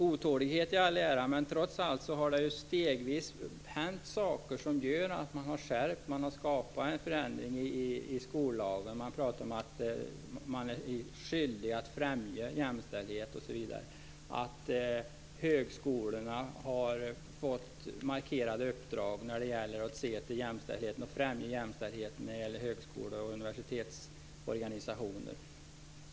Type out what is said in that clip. Otålighet i all ära, men trots allt har det ju stegvis hänt saker som har gjort att det har blivit en förändring i skollagen. Det pratas om att man är skyldig att främja jämställdhet. Högskolorna har fått markerade uppdrag när det gäller att se till jämställdheten och att främja jämställdheten vad gäller högskolor och universitetsorganisationer.